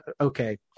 Okay